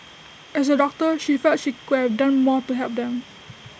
as A doctor she felt she could have done more to help them